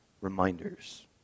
reminders